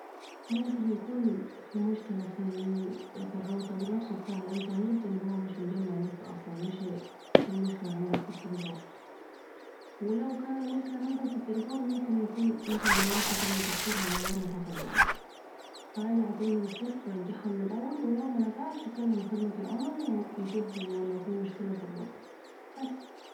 ممكن يكون في مشكلة في الللل الروتر نفسه بتاع الانترنت ان هو مش مجمع انترنت اصلا مش المشكلة عندك في التليفون ، و ممكن يكون أنت غيرت كلمة السر عندك وأنت مش واخد بالك ، فاراجع كلمة السر عندك ، رجعها من الأول ، و لو منفعش كلم خدمة العملاء يشفوفو لو في مشكلة في الروتر بس